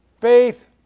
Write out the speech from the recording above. faith